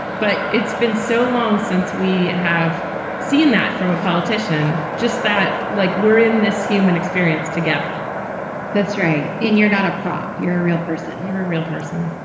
but it's been so long since we have seen that from a politician, just that like we're in this human experience together that's right. and you're not a prop. you're a real person. you're a real person.